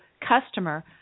customer